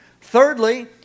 Thirdly